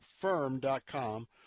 firm.com